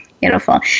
beautiful